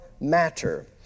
matter